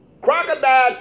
Crocodile